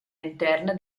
interna